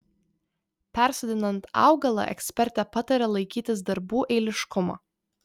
persodinant augalą ekspertė pataria laikytis darbų eiliškumo